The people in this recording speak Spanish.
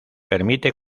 permite